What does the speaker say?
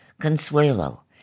Consuelo